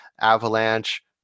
Avalanche